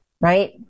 right